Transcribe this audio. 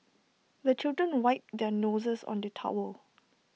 the children wipe their noses on the towel